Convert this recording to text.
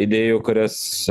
idėjų kurias